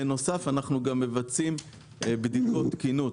בנוסף אנחנו גם מבצעים בדיקות תקינות